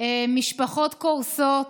משפחות קורסות,